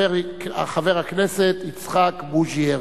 חבר הכנסת יצחק בוז'י הרצוג.